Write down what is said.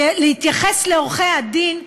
להתייחס לעורכי הדין,